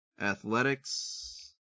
Athletics